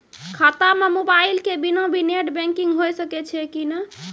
खाता म मोबाइल के बिना भी नेट बैंकिग होय सकैय छै कि नै?